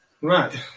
Right